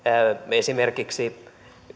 esimerkiksi